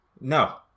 No